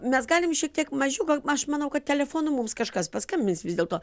mes galim šiek tiek mažiau gal aš manau kad telefonu mums kažkas paskambins vis dėlto